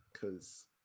Cause